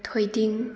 ꯊꯣꯏꯗꯤꯡ